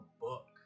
book